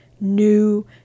new